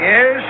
Yes